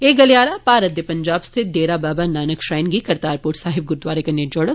एह् गलियारा भारत दे पंजाब स्थित डेरा बाबा नानक श्राईन गी करतारपुर साहिब गुरूद्वारे कन्नै जोडोग